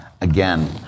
again